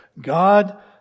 God